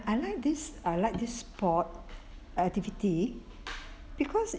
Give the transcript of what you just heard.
I like this I like this sport activity because